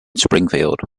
springfield